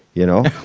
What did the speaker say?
y'know?